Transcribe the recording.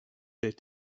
that